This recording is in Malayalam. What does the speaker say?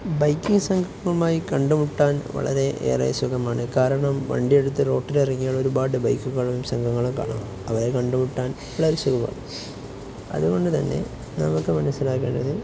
ബൈക്കിങ് സംഘവുമായി കണ്ടുമുട്ടാൻ വളരെ ഏറെ സുഖമാണ് കാരണം വണ്ടിയെടുത്ത് റോട്ടിലിറങ്ങിയാല് ഒരുപാട് ബൈക്കുകളും സംഘങ്ങളും കാണാം അവരെ കണ്ടമുട്ടാൻ വളരെ സുഖമാണ് അതുകൊണ്ടുതന്നെ നമുക്കു മനസ്സിലാക്കേണ്ടത്